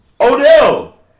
Odell